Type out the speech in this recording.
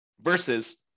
versus